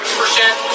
percent